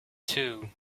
two